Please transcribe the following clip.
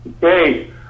Hey